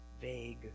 vague